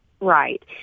Right